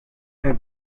have